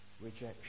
Rejection